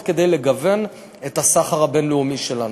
כדי לגוון את הסחר הבין-לאומי שלנו,